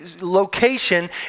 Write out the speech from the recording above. location